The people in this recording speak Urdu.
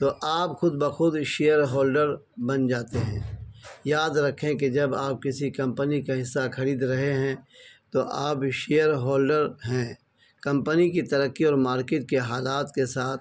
تو آپ خود بخود شیئر ہولڈر بن جاتے ہیں یاد رکھیں کہ جب آپ کسی کمپنی کا حصہ خرید رہے ہیں تو آپ شیئر ہولڈر ہیں کمپنی کی ترقی اور مارکیٹ کے حالات کے ساتھ